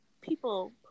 people